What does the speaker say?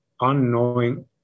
unknowing